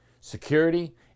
security